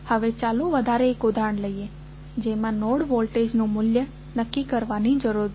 હવે ચાલો વધારે એક ઉદાહરણ લઈએ જેમાં નોડ વોલ્ટેજનુ મૂલ્ય નક્કી કરવાની જરૂર છે